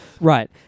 Right